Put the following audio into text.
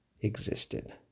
existed